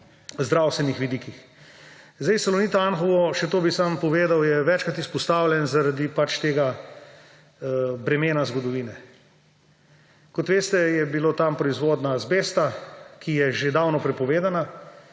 zdravstvenih vidikih. Še to bi samo povedal, Salonit Anhovo je večkrat izpostavljen zaradi pač tega bremena zgodovine. Kot veste, je bilo tam proizvodnja azbesta, ki je že davno prepovedana,